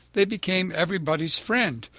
they became everybody's friend.